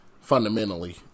fundamentally